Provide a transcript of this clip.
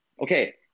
Okay